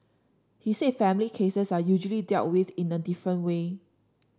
he said family cases are usually dealt with in a different way